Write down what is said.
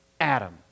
Adam